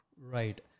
right